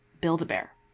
Build-A-Bear